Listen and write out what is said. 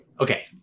Okay